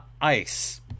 ice